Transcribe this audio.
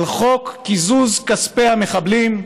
על חוק קיזוז כספי המחבלים,